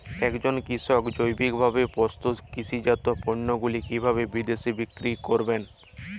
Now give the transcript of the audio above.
একজন কৃষক জৈবিকভাবে প্রস্তুত কৃষিজাত পণ্যগুলি কিভাবে বিদেশে বিক্রি করবেন?